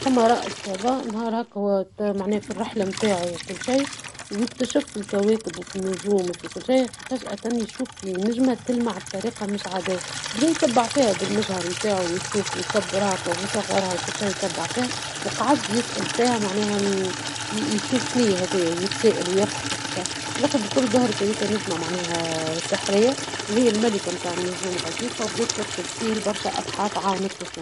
فما رائد فضاء ، هكا معناها في الرحلة نتاعو وكل شي ، ويكتشف في الكواكب وفي النجوم وكل شي ، فجأة يشوف في نجمة تلمع بطريقة مش عادية ، بدى يتبع فيها بالمجهر نتاعو ويشوف ويكبر هاك ويصغرها ويتبع فيها ، وقعد يسأل فيها معناها يشوف شنيا هذايا ويتساءل ويبحث وكل شي ، في لخر بالكل ظهرت هذيكا نجمة معناها نجمة سحرية وهي الملكة نتاع النجوم الكل غاديكا وبدات ترشد فيه لبرشا أبحاث عاوناتو فيهم.